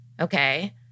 Okay